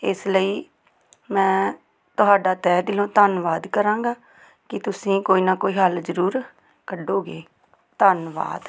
ਇਸ ਲਈ ਮੈਂ ਤੁਹਾਡਾ ਤਹਿ ਦਿਲੋਂ ਧੰਨਵਾਦ ਕਰਾਂਗਾ ਕਿ ਤੁਸੀਂ ਕੋਈ ਨਾ ਕੋਈ ਹੱਲ ਜ਼ਰੂਰ ਕੱਢੋਗੇ ਧੰਨਵਾਦ